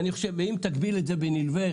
אם תגביל את זה רק בשירות נלווה,